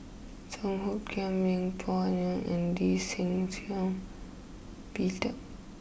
Song Hoot Kiam Yeng Pway Ngon and Lee Shih Shiong Peter